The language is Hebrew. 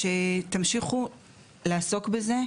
שתמשיכו לעסוק בזה,